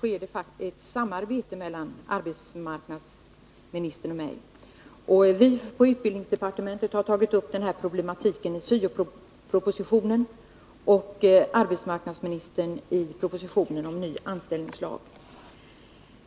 har ett samarbete mellan 11 december 1981 arbetsmarknadsministern och mig. Vi på utbildningsdepartementet har tagit upp den här problematiken i syopropositionen, och arbetsmarknadsminis Om yrkesintrotern har tagit upp den i propositionen om ny anställningslag.